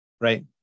right